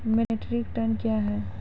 Metric tonne कया हैं?